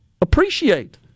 appreciate